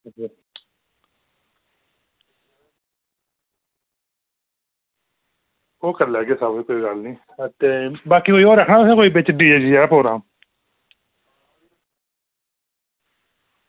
ओह् करी लैगे सब कोई गल्ल निं ते बाकी होर तुसें कोई रक्खना डीजे आह्ला कम्म